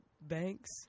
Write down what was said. banks